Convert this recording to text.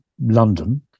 London